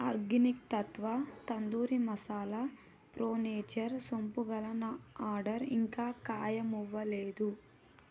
organic Tattva tandoori masala pro nature సోంపు గల నా ఆర్డర్ ఇంకా ఖాయం అవ్వలేదు